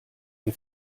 mir